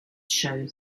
show